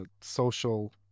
social